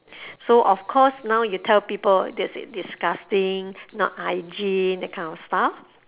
so of course now you tell people they'll say disgusting not hygiene that kind of stuff